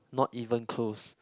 not even close